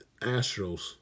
Astros